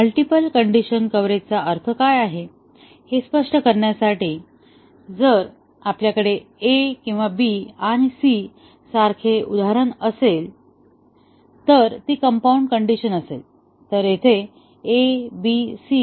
multiple condition कव्हरेजचा अर्थ काय आहे हे स्पष्ट करण्यासाठी जर आपल्याकडे a किंवा b आणि c सारखे उदाहरण असेल तर ती कंपाऊंड कंडिशन असेल तर येथे a b c